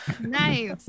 Nice